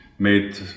made